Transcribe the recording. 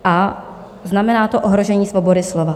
A znamená to ohrožení svobody slova.